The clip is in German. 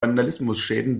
vandalismusschäden